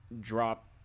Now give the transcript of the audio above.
drop